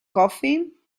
coffee